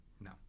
No